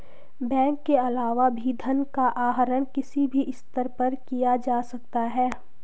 bank के अलावा भी धन का आहरण किसी भी स्तर पर किया जा सकता है